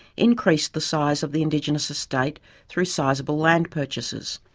increased the size of the indigenous estate through sizeable land purchases.